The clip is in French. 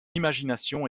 imagination